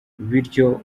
bityo